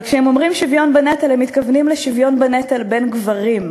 אבל כשהם אומרים "שוויון בנטל" הם מתכוונים לשוויון בנטל בין גברים,